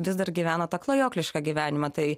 vis dar gyvena tą klajoklišką gyvenimą tai